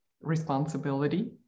responsibility